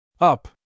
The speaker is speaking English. Up